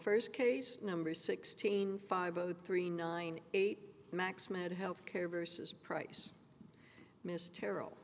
first case number sixteen five zero three nine eight max mad health care versus price miss terrell